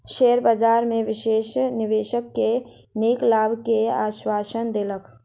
share बजार में विशेषज्ञ निवेशक के नीक लाभ के आश्वासन देलक